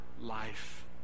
life